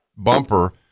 bumper